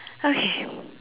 okay